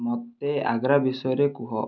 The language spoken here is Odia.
ମୋତେ ଆଗ୍ରା ବିଷୟରେ କୁହ